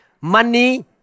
Money